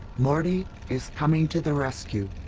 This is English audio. morty is coming to the rescue!